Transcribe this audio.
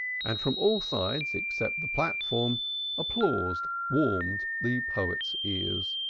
and from all sides except the platform applause warmed the poet's ears.